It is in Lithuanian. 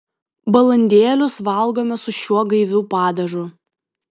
balandėlius valgome su šiuo gaiviu padažu